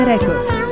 Records